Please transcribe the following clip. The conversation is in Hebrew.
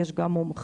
ויש גם מומחים.